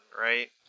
right